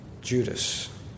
Judas